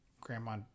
grandma